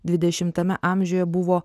dvidešimtame amžiuje buvo